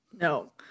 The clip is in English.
No